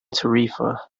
tarifa